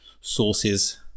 sources